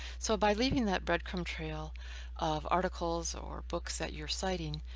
so by leaving that breadcrumb trail of articles or books that you're citing,